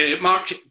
Mark